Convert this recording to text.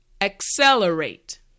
Accelerate